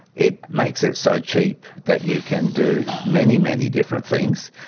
it makes it so cheap that you can do many, many different things.